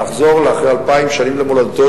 לחזור אחרי אלפיים שנים למולדתו,